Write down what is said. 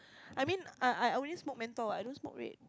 I mean I I only smoke menthol I don't smoke red